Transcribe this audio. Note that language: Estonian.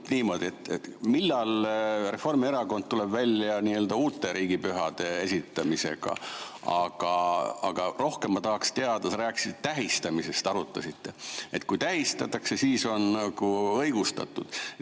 niimoodi, millal Reformierakond tuleb välja uute riigipühade esitamisega. Aga rohkem ma tahaks teada, sa rääkisid tähistamisest – te arutasite, et kui tähistatakse, siis on õigustatud.